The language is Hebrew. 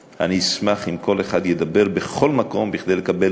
אני אשמח אם כל אחד ידבר בכל מקום כדי לקבל עוד תקנים,